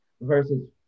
versus